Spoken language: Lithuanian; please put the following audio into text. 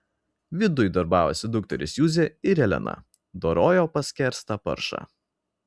viduj darbavosi dukterys juzė ir elena dorojo paskerstą paršą